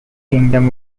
kingdom